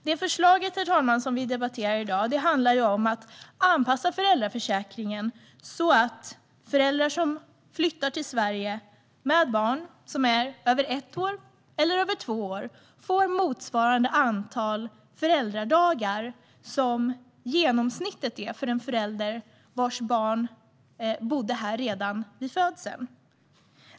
Det förslag vi debatterar i dag, herr talman, handlar om att anpassa föräldraförsäkringen så att föräldrar som flyttar till Sverige med barn som är över ett eller två år får ett antal föräldradagar som motsvarar genomsnittet för en förälder vars barn bodde här redan vid födseln.